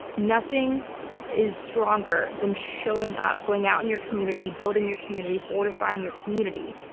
nothing is stronger than showing up, going out in your community, building your community, fortifying your community.